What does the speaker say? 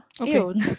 Okay